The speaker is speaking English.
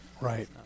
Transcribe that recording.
right